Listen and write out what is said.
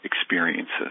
experiences